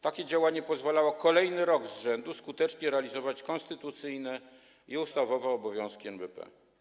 Takie działanie pozwalało kolejny rok z rzędu skutecznie realizować konstytucyjne i ustawowe obowiązki NBP.